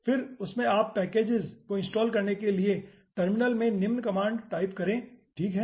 फिर उसमें आप पैकेजेस को इनस्टॉल करने के लिए टर्मिनल में निम्न कमांड टाइप करें ठीक है